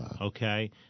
okay